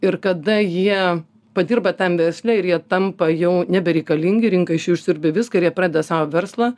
ir kada jie padirba tam versle ir jie tampa jau nebereikalingi kai iš jų išsiurbia viską ir jie pradeda savo verslą